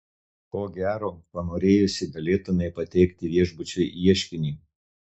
ko gero panorėjusi galėtumei pateikti viešbučiui ieškinį